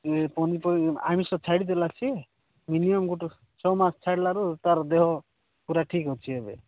ଏ ଆଇଁଷ ଛାଡ଼ିଦେଲା ସେ ମିନିମମ୍ ଗୋଟେ ଛଅ ମାସ ଛାଡ଼ିଲାରୁ ତାର ଦେହ ପୁରା ଠିକ୍ ଅଛି ଏବେ